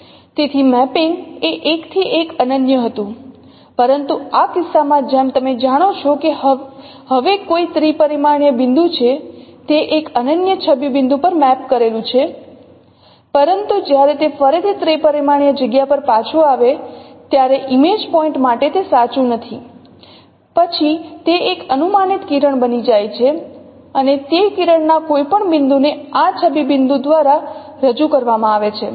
તેથી મેપિંગ એ 1 થી 1 અનન્ય હતું પરંતુ આ કિસ્સામાં જેમ તમે જાણો છો કે હવે કોઈ ત્રિપરિમાણીય બિંદુ છે તે એક અનન્ય છબી બિંદુ પર મેપ કરેલું છે પરંતુ જ્યારે તે ફરીથી ત્રિપરિમાણીય જગ્યા પર પાછું આવે ત્યારે ઇમેજ પોઇન્ટ માટે તે સાચું નથી પછી તે એક અનુમાનિત કિરણ બની જાય છે અને તે કિરણના કોઈપણ બિંદુને આ છબી બિંદુ દ્વારા રજૂ કરવામાં આવે છે